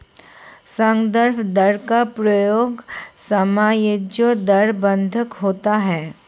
संदर्भ दर का प्रयोग समायोज्य दर बंधक होता है